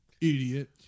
Idiot